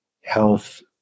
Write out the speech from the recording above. health